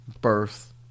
birth